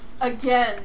again